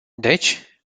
deci